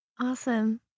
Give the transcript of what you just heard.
Awesome